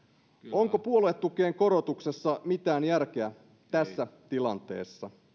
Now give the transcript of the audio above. onko puoluetukien korotuksessa mitään järkeä tässä tilanteessa